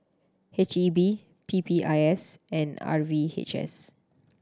H E B P P I S and R V H S